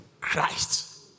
Christ